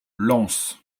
lens